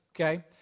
okay